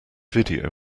video